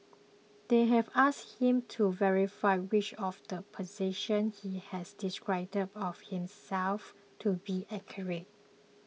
they have asking him to verify which of the positions he has described of himself to be accurate